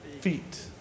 feet